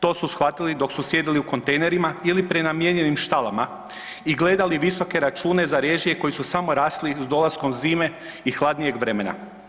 To su shvatili dok su sjedili u kontejnerima ili prenamijenjenim štalama i gledali visoke račune za režije koji su samo rasli s dolaskom zime i hladnijeg vremena.